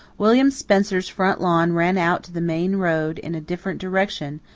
william spencer's front lane ran out to the main road in a different direction,